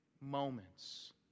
moments